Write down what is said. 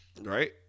Right